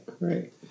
right